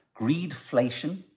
Greedflation